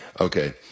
Okay